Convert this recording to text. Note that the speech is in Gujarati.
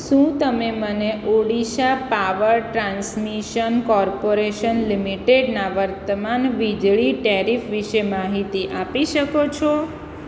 શું તમે મને ઓડિશા પાવર ટ્રાન્સમિશન કોર્પોરેશન લિમિટેડના વર્તમાન વીજળી ટેરિફ વિશે માહિતી આપી શકો છો